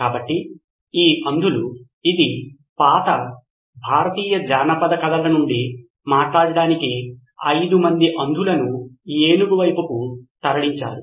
కాబట్టి ఈ అంధులు ఇది పాత భారతీయ జానపద కథల నుండి మాట్లాడటానికి 5 మంది అంధులను ఏనుగు వైపుకు తరలించారు